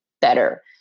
better